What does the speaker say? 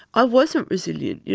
i wasn't resilient, yeah